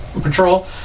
Patrol